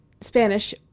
Spanish